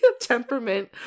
Temperament